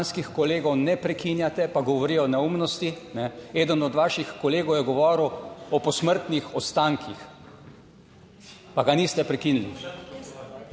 Hvala